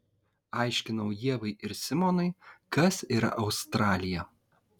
aiškinau ievai ir simonui kas yra australija